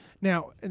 Now